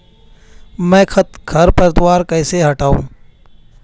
मैं खरपतवार कैसे हटाऊं?